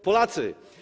Polacy!